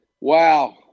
Wow